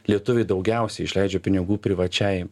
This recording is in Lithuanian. lietuviai daugiausiai išleidžia pinigų privačiai